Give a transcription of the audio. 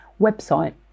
website